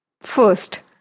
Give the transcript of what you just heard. First